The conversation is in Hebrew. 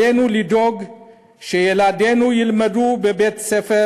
עלינו לדאוג שילדינו ילמדו בבתי-ספר